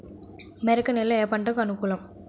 మెరక నేల ఏ పంటకు అనుకూలం?